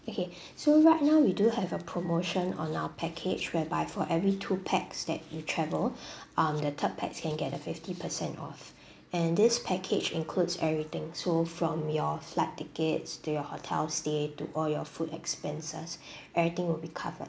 okay so right now we do have a promotion on our package whereby for every two pax that you travel um the third pax can get a fifty percent off and this package includes everything so from your flight tickets to your hotel stay to all your food expenses everything will be covered